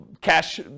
cash